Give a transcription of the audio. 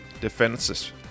defenses